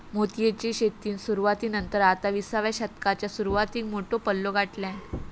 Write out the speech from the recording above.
मोतीयेची शेतीन सुरवाती नंतर आता विसाव्या शतकाच्या सुरवातीक मोठो पल्लो गाठल्यान